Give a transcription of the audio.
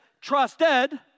trusted